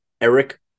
Eric